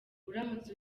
uramutse